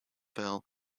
fell